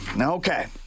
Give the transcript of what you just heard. Okay